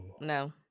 No